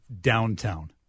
downtown